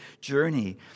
journey